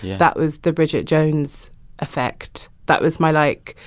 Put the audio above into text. that was the bridget jones effect. that was my, like,